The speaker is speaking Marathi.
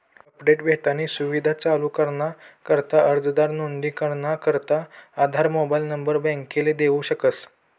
अपडेट भेटानी सुविधा चालू कराना करता अर्जदार नोंदणी कराना करता आधार मोबाईल नंबर बॅकले देऊ शकस